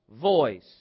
voice